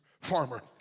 farmer